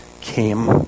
came